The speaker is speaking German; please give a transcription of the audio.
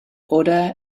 oder